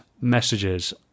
messages